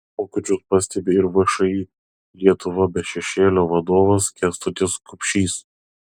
pokyčius pastebi ir všį lietuva be šešėlio vadovas kęstutis kupšys